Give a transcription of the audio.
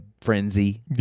frenzy